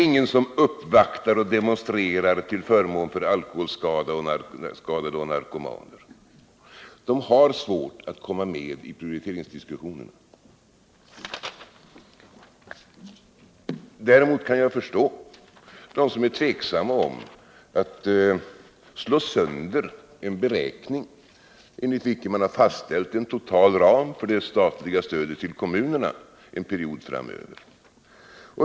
Inga uppvaktar och demonstrerar till förmån för alkoholskadade och narkomaner. De har svårt att komma med i prioriteringsdiskussionerna. Jag kan däremot förstå dem som är tveksamma inför att slå sönder en beräkning, enligt vilken man har fastställt en total ram för det statliga stödet till kommunerna en period framöver.